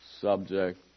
subject